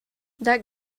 that